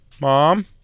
mom